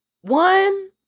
One